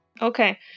Okay